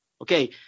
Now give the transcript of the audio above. Okay